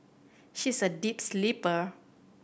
she is a deep sleeper